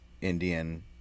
Indian